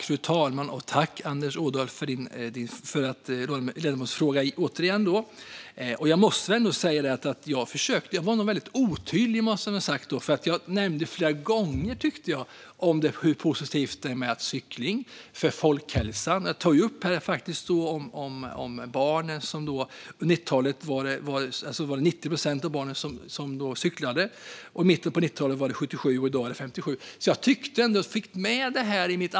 Fru talman! Tack, Anders Ådahl, för frågan! Jag var nog väldigt otydlig i vad jag sa, för jag tyckte att jag nämnde flera gånger hur positivt cykling är för folkhälsan. Jag tog upp hur det på 70-talet var 90 procent av barnen som cyklade. I mitten av 90-talet var det 77 procent, och i dag är det 57 procent.